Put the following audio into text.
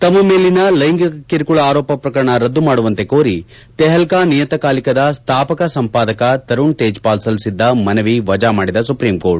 ತಮ್ಮ ಮೇಲಿನ ಲ್ವೆಂಗಿಕ ಕಿರುಕುಳ ಆರೋಪ ಪ್ರಕರಣ ರದ್ದು ಮಾಡುವಂತೆ ಕೋರಿ ತೆಹೆಲ್ನಾ ನಿಯತ ಕಾಲಿಕದ ಸ್ನಾಪಕ ಸಂಪಾದಕ ತರುಣ್ ತೇಜ್ ಪಾಲ್ ಸಲ್ತಿಸಿದ್ದ ಮನವಿ ವಜಾ ಮಾಡಿದ ಸುಪ್ರೀಂಕೋರ್ಟ್